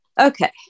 Okay